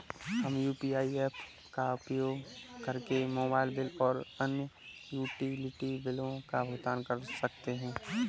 हम UPI apps का उपयोग करके मोबाइल बिल और अन्य यूटिलिटी बिलों का भुगतान कर सकते हैं